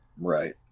Right